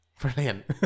brilliant